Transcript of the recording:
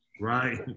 right